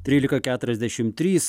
trylika keturiasdešim trys